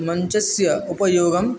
मञ्चस्य उपयोगम्